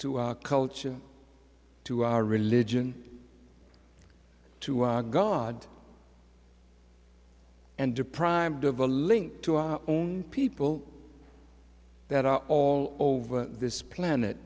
to culture to our religion to god and deprived of the link to our own people that are all over this planet